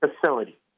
facility